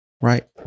Right